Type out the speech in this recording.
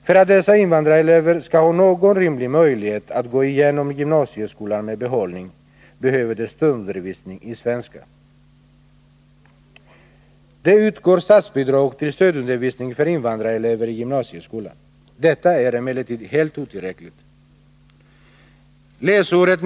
För att dessa invandrarelever skall ha någon rimlig möjlighet att gå igenom gymnasieskolan med behållning behöver de stödundervisning i svenska. Det utgår statsbidrag till stödundervisning för invandrarelever i gymnasieskolan. Detta är emellertid helt otillräckligt.